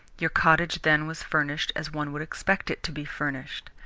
your cottage then was furnished as one would expect it to be furnished.